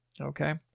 Okay